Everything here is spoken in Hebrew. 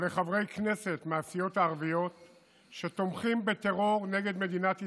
ולחברי כנסת מהסיעות הערביות שתומכים בטרור נגד מדינת ישראל,